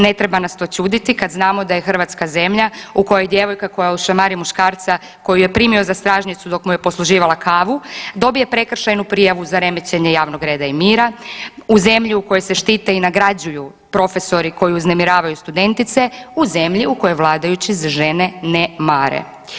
Ne treba nas to čuditi kad znamo da je Hrvatska zemlja u kojoj djevojka koja ošamari muškarca koji ju je primio za stražnjicu dok mu je posluživala kavu, dobije prekršajnu prijavu za remećenje javnog reda i mira, u zemlju u kojoj se štite i nagrađuju profesori koji uznemiravaju studentice, u zemlji u kojoj vladajući za žene ne mare.